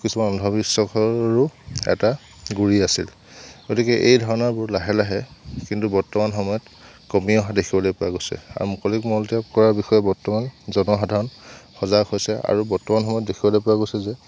কিছুমান অন্ধবিশ্বাসৰো এটা গুৰি আছিল গতিকে এই ধাৰণাবোৰ লাহে লাহে কিন্তু বৰ্তমান সময়ত কমি অহা দেখিবলৈ পোৱা গৈছে আৰু মুকলিত মলত্যাগ কৰাৰ বিষয়ে বৰ্তমান জনসাধাৰণ সজাগ হৈছে আৰু বৰ্তমান সময়ত দেখিবলৈ পোৱা গৈছে যে